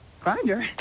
Grinder